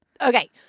okay